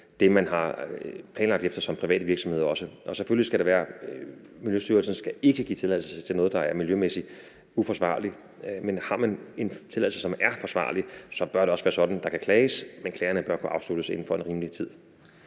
det, man har planlagt som privat virksomhed. Og selvfølgelig skal Miljøstyrelsen ikke give tilladelse til noget, der er miljømæssigt uforsvarligt, men har man en tilladelse, som hviler på et forsvarligt grundlag, bør det også være sådan, at der kan klages. Men klagerne bør kunne afsluttes inden for en rimelig tid.